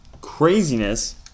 craziness